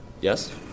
Yes